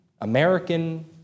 American